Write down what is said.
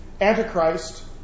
Antichrist